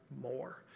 more